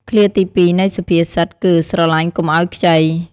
ឃ្លាទីពីរនៃសុភាសិតគឺ "ស្រឡាញ់កុំឲ្យខ្ចី"។